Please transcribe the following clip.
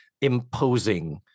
imposing